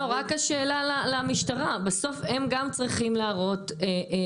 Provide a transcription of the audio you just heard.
רק שאלה למשטרה, בסוף הם גם צריכים להראות הצלחה.